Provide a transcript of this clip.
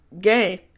game